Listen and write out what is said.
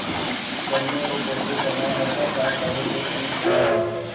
गन्ने को बोते समय ऐसा क्या करें जो कीट न आयें?